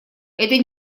этой